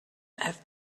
have